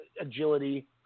agility